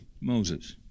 Moses